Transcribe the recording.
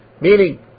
meaning